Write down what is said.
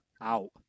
out